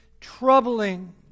troubling